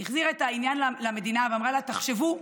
היא החזירה את העניין למדינה ואמרה לה: תחשבו,